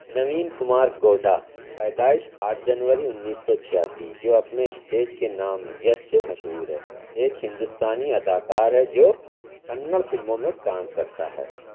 نوین کمار گوڈا پیدائش آٹھ جنوری انیس سو چھیاسی جو اپنے اسٹیج کے نام یش سے مشہور ہے ایک ہندوستانی اداکار ہے جو کنڑ فلموں میں کام کرتا ہے